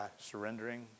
surrendering